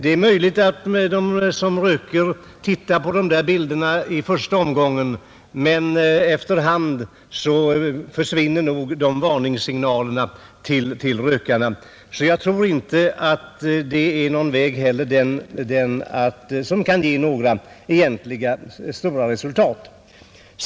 Det är möjligt att de som röker tittar på de där bilderna i början, men efter hand försvinner nog de varningssignalerna till rökaren. Jag tror alltså inte heller detta är en väg som kan leda till några egentliga resultat.